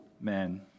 men